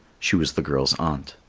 she was the girl's aunt.